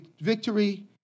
victory